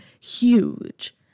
huge